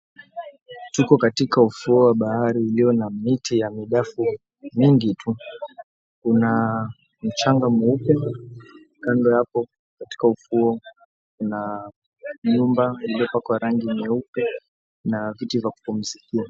Tuko katika ufuo wa bahari ulio na miti ya midafu mingi tu. Una mchanga mweupe. Kando hapo katika ufuo kuna nyumba uliopakwa rangi nyeupe na viti vya kupumzikia.